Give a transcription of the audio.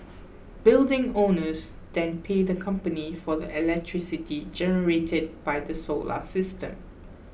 building owners then pay the company for the electricity generated by the solar system